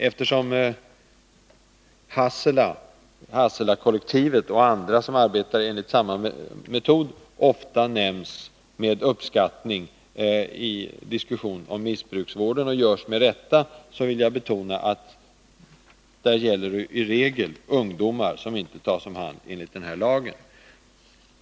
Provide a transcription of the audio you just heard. Eftersom Hasselakollektivet och andra som arbetar enligt samma metod ofta nämns med uppskattning i diskussioner om missbrukarvården, vilket görs med rätta, vill jag betona att det där i regel gäller ungdomar som inte tas om hand enligt denna lag.